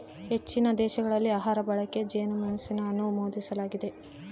ಹೆಚ್ಚಿನ ದೇಶಗಳಲ್ಲಿ ಆಹಾರ ಬಳಕೆಗೆ ಜೇನುಮೇಣನ ಅನುಮೋದಿಸಲಾಗಿದೆ